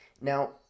Now